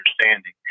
understanding